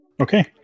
Okay